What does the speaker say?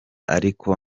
ariko